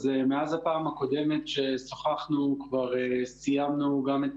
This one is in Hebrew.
מאז הפעם הקודמת ששוחחנו כבר סיימנו גם את